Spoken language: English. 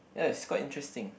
ya it's quite interesting